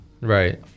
Right